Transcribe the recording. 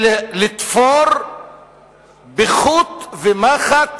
לתפור בחוט ומחט